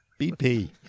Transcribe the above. BP